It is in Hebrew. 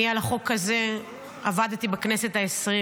אני עבדתי על החוק הזה בכנסת העשרים,